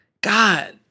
God